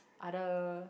other